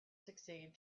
succeed